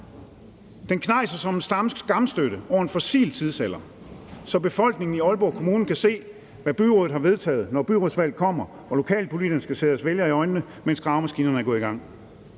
Den knejser som en skamstøtte over en fossil tidsalder, så befolkningen i Aalborg Kommune kan se, hvad byrådet har vedtaget, når byrådsvalget kommer og lokalpolitikerne skal se deres vælgere i øjnene, mens gravemaskinerne er gået i gang.